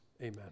Amen